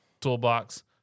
toolbox